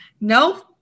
No